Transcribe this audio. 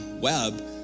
Web